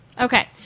Okay